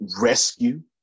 rescue